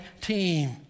team